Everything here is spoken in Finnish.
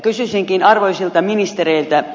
kysyisinkin arvoisilta ministereiltä